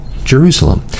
Jerusalem